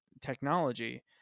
technology